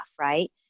right